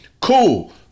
Cool